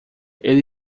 ele